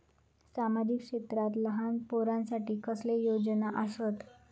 सामाजिक क्षेत्रांत लहान पोरानसाठी कसले योजना आसत?